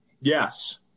Yes